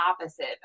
opposite